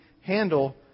handle